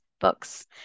books